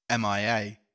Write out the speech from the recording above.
MIA